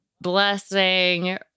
blessing